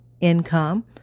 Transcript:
income